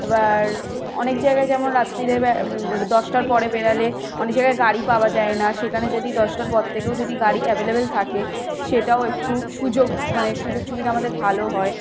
এবার অনেক জায়গায় যেমন রাত্রিরের ব্যা দশটার পরে বেরোলে অনেক জায়গায় গাড়ি পাওয়া যায় না সেখানে যদি দশটার পর থেকেও যদি গাড়ি অ্যাবেলেবেল থাকে সেটাও একটু সুযোগ মানে সুযোগ সুবিধা আমাদের ভালো হয়